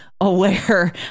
aware